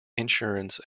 insurance